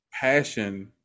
passion